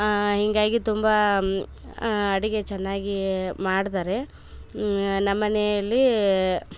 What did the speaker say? ಆ ಹಿಂಗಾಗಿ ತುಂಬಾ ಅಡಿಗೆ ಚೆನ್ನಾಗೇ ಮಾಡ್ತಾರೆ ನಮ್ಮನೆಯಲ್ಲಿ